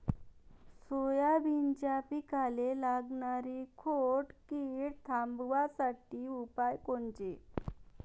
सोयाबीनच्या पिकाले लागनारी खोड किड थांबवासाठी उपाय कोनचे?